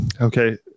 Okay